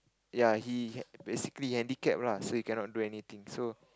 ya he basically handicapped lah so he cannot do anything so